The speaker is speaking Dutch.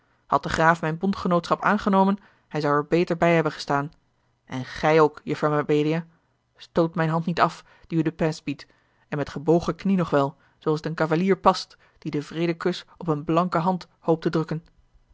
had de graaf mijn bondgenootschap aangenomen hij zou er beter bij hebben gestaan en gij ook juffer mabelia stoot mijne hand niet af die u den pays biedt en met gebogen knie nog wel zooals het een cavalier past die den vredekus op eene blanke hand hoopt te drukken